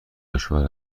دشوار